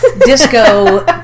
disco